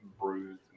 bruised